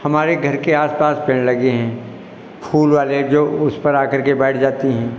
हमार घर के आस पास पेड़ लगे हैं फूल वाले जो उस पर आ करके बैठ जाती है